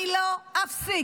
אני לא אפסיק